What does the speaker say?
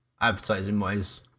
Advertising-wise